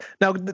Now